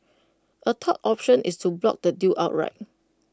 A third option is to block the deal outright